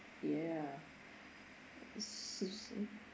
ya it's just so